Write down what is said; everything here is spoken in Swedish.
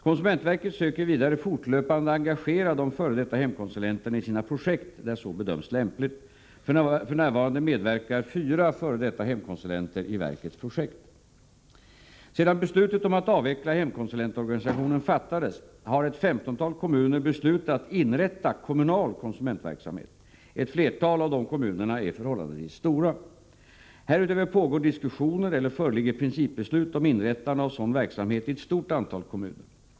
Konsumentverket söker vidare fortlöpande engagera de f.d. hemkonsulenterna i sina projekt där så bedöms lämpligt. F.n. medverkar fyra f.d. hemkonsulenter i verkets projekt. Sedan beslutet om att avveckla hemkonsulentorganisationen fattades har ett femtontal kommuner beslutat inrätta kommunal konsumentverksamhet. Ett flertal av dessa kommuner är förhållandevis stora. Härutöver pågår diskussioner eller föreligger principbeslut om inrättande av sådan verksamhet i ett stort antal kommuner.